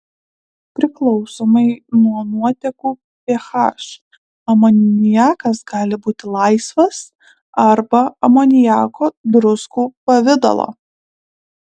priklausomai nuo nuotekų ph amoniakas gali būti laisvas arba amoniako druskų pavidalo